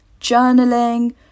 journaling